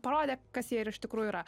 parodė kas jie ir iš tikrųjų yra